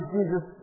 Jesus